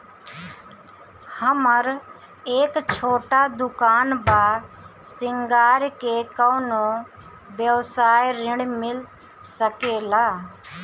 हमर एक छोटा दुकान बा श्रृंगार के कौनो व्यवसाय ऋण मिल सके ला?